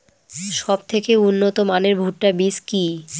সবথেকে উন্নত মানের ভুট্টা বীজ কি?